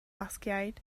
basgiaid